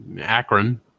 Akron